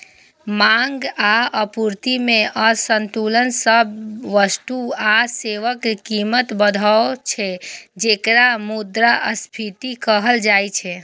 मांग आ आपूर्ति मे असंतुलन सं वस्तु आ सेवाक कीमत बढ़ै छै, जेकरा मुद्रास्फीति कहल जाइ छै